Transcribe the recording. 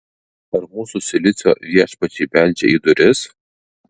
ar mūsų silicio viešpačiai beldžia į duris